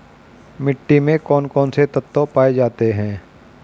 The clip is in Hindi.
मिट्टी में कौन कौन से तत्व पाए जाते हैं?